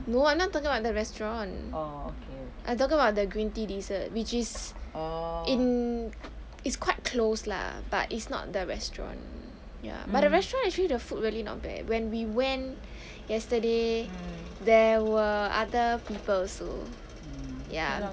no I'm not talking about the restaurant I'm talking abo~ the green tea dessert which is in it's quite close lah but it's not the restaurant ya but the restaurant actually the food really not bad when we went yesterday there were other people also ya